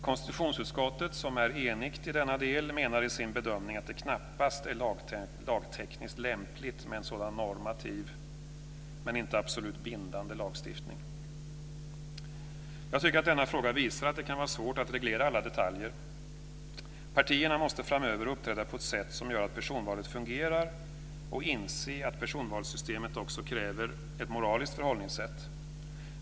Konstitutionsutskottet, som är enigt i denna del, menar i sin bedömning att det knappast är lagtekniskt lämpligt med en sådan normativ men inte absolut bindande lagstiftning. Jag tycker att denna fråga visar att det kan vara svårt att reglera alla detaljer. Partierna måste framöver uppträda på ett sätt som gör att personvalet fungerar och inse att personvalssystemet också kräver ett moraliskt förhållningssätt.